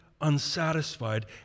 unsatisfied